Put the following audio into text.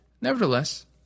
Nevertheless